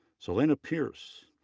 selena pierce,